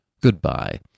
Goodbye